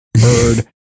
bird